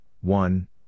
one